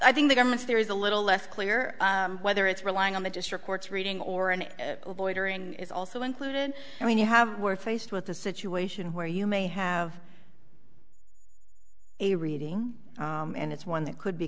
i think the government's there is a little less clear whether it's relying on the district court's reading or an order and it's also included i mean you have we're faced with a situation where you may have a reading and it's one that could be